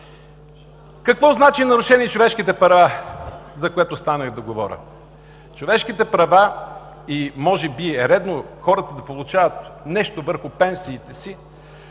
Какво значи „нарушени човешките права“, за което станах да говоря? Човешките права и може би е редно хората да получават нещо върху пенсиите си,